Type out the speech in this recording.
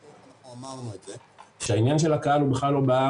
--- אנחנו אמרנו את זה שהעניין של הקהל הוא בכלל לא בעיה